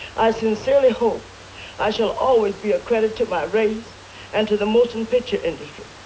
i sincerely hope i shall always be a credit to my race and to the motion picture industry.